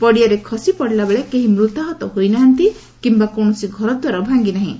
ପଡ଼ିଆରେ ଖସିପଡ଼ିଲାବେଳେ କେହି ମୃତାହତ ହୋଇନାହାନ୍ତି କିମ୍ବା କୌଣସି ଘରଦ୍ୱାର ଭାଙ୍ଗିନାହିଁ